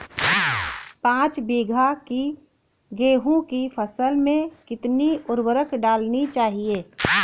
पाँच बीघा की गेहूँ की फसल में कितनी उर्वरक डालनी चाहिए?